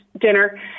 dinner